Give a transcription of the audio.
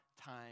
time